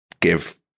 give